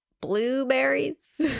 blueberries